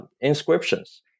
inscriptions